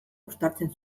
uztartzen